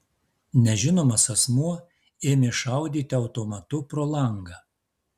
nežinomas asmuo ėmė šaudyti automatu pro langą